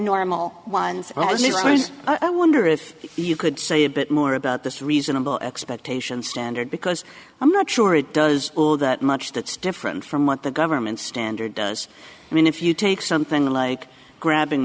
normal ones i wonder if you could say a bit more about this reasonable expectation standard because i'm not sure it does all that much that's different from what the government standard does i mean if you take something like grabbing